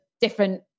different